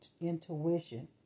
intuition